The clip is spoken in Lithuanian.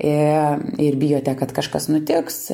ir ir bijote kad kažkas nutiks